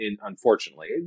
unfortunately